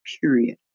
period